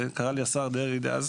קרא לי השר דרעי דאז